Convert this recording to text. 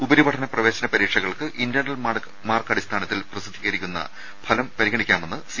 ഉപരിപഠന പ്രവേശന പരീക്ഷകൾക്ക് internal mark അടിസ്ഥാനത്തിൽ പ്രസിദ്ധീകരിക്കുന്ന ഫലം പരിഗണിക്കാമെന്ന് സി